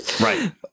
Right